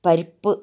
പരിപ്പ്